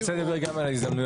אני רוצה לדבר גם על ההזדמנויות,